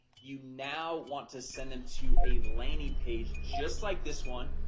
you now want to send them to a landing page, just like this one,